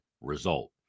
result